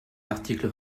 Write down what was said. l’article